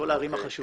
כל הערים החשובות.